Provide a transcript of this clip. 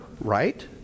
right